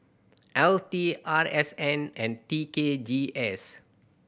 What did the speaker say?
L T R S N and T K G S